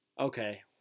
Okay